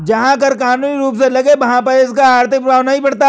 जहां कर कानूनी रूप से लगे वहाँ पर इसका आर्थिक प्रभाव नहीं पड़ता